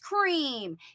cream